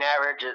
average